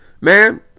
Man